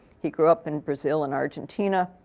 he grew up in brazil and argentina.